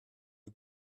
die